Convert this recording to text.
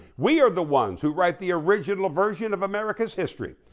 we are the ones who write the original version of america's history,